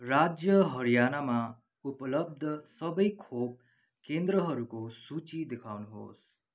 राज्य हरियाणामा उपलब्ध सबै खोप केन्द्रहरूको सूची देखाउनुहोस्